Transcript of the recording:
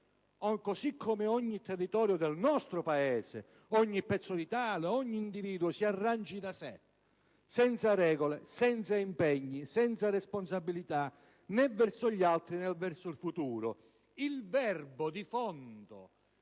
così come ogni territorio del nostro Paese; ogni individuo si arrangi da sé senza regole, senza impegni, senza responsabilità né verso gli altri né verso il futuro. Il verbo di fondo